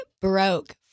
broke